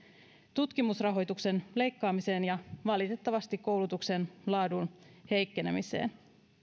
tutkimusrahoituksen leikkaamiseen ja valitettavasti koulutuksen laadun heikkenemiseen